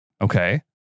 Okay